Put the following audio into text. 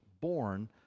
born